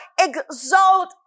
exalt